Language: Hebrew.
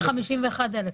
היה 51,000,